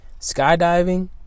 Skydiving